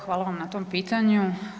Hvala vam na tom pitanju.